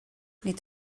nid